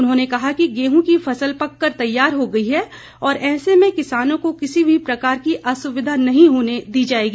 उन्होंने कहा कि गेहूं की फसल पक कर तैयार हो गई है और ऐसे में किसानों को किसी भी प्रकार की असुविधा नहीं होने दी जाएगी